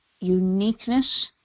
uniqueness